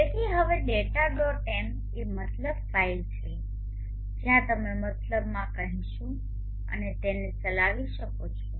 તેથી હવે data dot m એ એક MATLAB ફાઇલ છે જ્યાં તમે MATLABમાં કહીશું અને તેને ચલાવી શકો છો